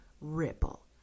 Ripple